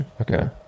Okay